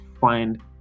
find